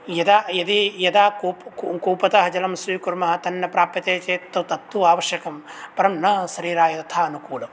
यदा यदि यदा कूपतः जलं स्वीकुर्मः तन्न प्राप्यते चेत् तत् तु आवश्यकम् परं न शरीराय तथा अनुकूलम्